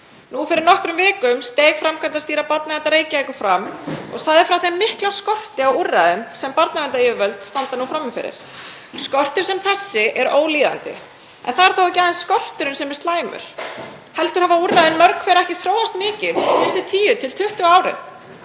Nú fyrir nokkrum vikum steig framkvæmdastýra barnaverndar Reykjavíkur fram og sagði frá þeim mikla skorti á úrræðum sem barnaverndaryfirvöld standa nú frammi fyrir. Skortur sem þessi er ólíðandi. En það er þó ekki aðeins skorturinn sem er slæmur heldur hafa úrræðin mörg hver ekki þróast mikið á síðustu 10–20 árum.